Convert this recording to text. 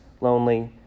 lonely